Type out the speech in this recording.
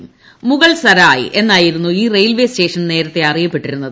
മുഗൾസറായ് എന്നായിരുന്നു ഈ റെയിൽവേസ്റ്റേഷൻ നേരത്തെ അറിയപ്പെട്ടിരുന്നത്